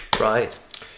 Right